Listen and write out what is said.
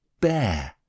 bear